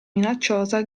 minacciosa